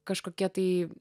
kažkokie tai